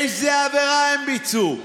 איזו עבירה הם ביצעו?